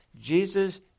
Jesus